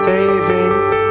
savings